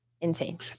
insane